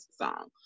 song